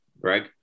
Greg